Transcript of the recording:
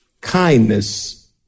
kindness